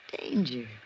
danger